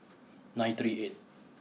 nine three eight